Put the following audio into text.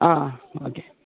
ஆ okay